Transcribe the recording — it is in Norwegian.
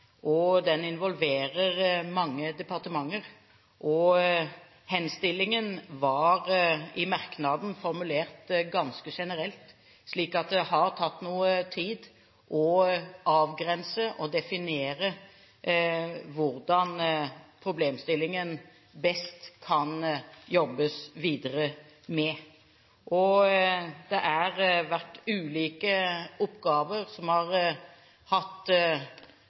og den involverer mange departementer. Henstillingen i merknaden var formulert ganske generelt, så det har tatt noe tid å avgrense og definere hvordan problemstillingen best kan jobbes videre med. Ulike oppgaver har hatt